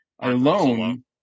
alone